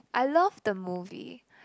I love the movie